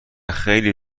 خیلی